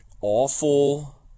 awful